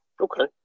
okay